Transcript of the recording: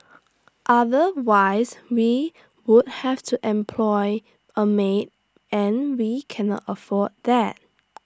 otherwise we would have to employ A maid and we can not afford that